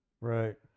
right